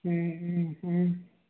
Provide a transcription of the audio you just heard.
മ് മ് മ്